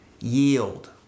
Yield